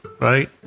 right